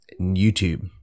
YouTube